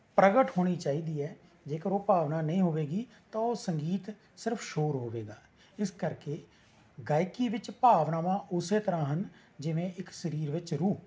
ਪ੍ਰਗਟ ਹੋਣੀ ਚਾਹੀਦੀ ਹੈ ਜੇਕਰ ਉਹ ਭਾਵਨਾ ਨਹੀਂ ਹੋਵੇਗੀ ਤਾਂ ਉਹ ਸੰਗੀਤ ਸਿਰਫ ਸ਼ੋਰ ਹੋਵੇਗਾ ਇਸ ਕਰਕੇ ਗਾਇਕੀ ਵਿੱਚ ਭਾਵਨਾਵਾਂ ਉਸ ਤਰ੍ਹਾਂ ਹਨ ਜਿਵੇਂ ਇੱਕ ਸਰੀਰ ਵਿੱਚ ਰੂਹ